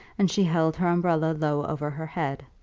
and she held her umbrella low over her head.